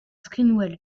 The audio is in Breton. skinwel